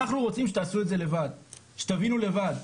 אנחנו רוצים שתעשו את זה לבד, שתבינו לבד.